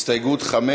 הסתייגות 5,